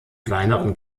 kleineren